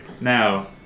now